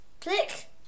Click